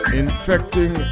infecting